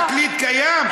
התקליט קיים?